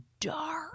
Dark